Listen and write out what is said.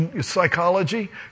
Psychology